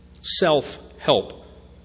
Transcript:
Self-help